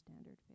standard